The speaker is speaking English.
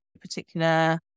particular